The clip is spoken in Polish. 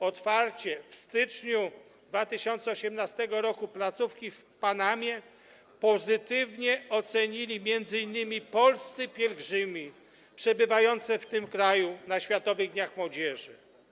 Otwarcie w styczniu 2018 r. placówki w Panamie pozytywnie ocenili m.in. polscy pielgrzymi przebywający w tym kraju na Światowych Dniach Młodzieży.